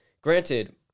granted